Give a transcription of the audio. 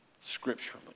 Scripture